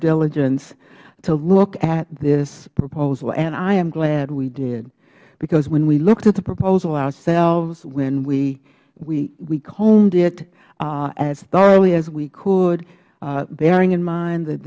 diligence to look at this proposal and i am glad we did because when we looked at the proposal ourselves when we combed it as thoroughly as we could bearing in mind that